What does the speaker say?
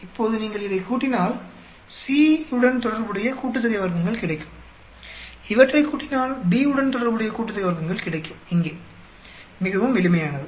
இப்போது நீங்கள் இதைக் கூட்டினால் C உடன் தொடர்புடைய கூட்டுத்தொகை வர்க்கங்கள் கிடைக்கும் இவற்றைக் கூட்டினால் B உடன் தொடர்புடைய கூட்டுத்தொகை வர்க்கங்கள் இங்கே கிடைக்கும் மிகவும் எளிமையானது